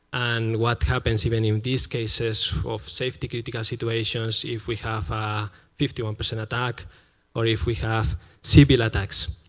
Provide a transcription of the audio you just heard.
and what happens in in these cases of safety critical situations if we have ah fifty one percent attack or if we have similar attacks.